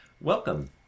welcome